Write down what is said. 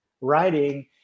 writing